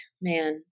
man